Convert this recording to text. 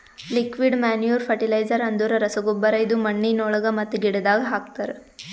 liquid manure fertilizer ಅಂದುರ್ ರಸಗೊಬ್ಬರ ಇದು ಮಣ್ಣಿನೊಳಗ ಮತ್ತ ಗಿಡದಾಗ್ ಹಾಕ್ತರ್